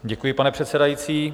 Děkuji, pane předsedající.